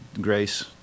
grace